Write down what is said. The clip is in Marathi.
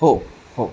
हो हो